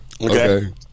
Okay